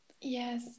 Yes